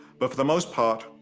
but for the most part,